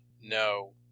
no